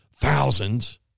thousands